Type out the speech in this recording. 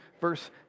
verse